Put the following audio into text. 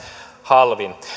halvin